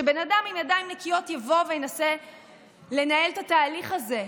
שבן אדם עם ידיים נקיות יבוא וינסה לנהל את התהליך הזה,